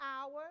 hour